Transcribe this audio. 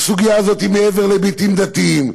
הסוגיה הזאת היא מעבר להיבטים דתיים,